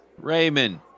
raymond